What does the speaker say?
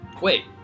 wait